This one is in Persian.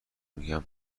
میگن